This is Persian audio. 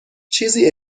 چیزی